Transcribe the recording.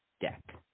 deck